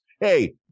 Hey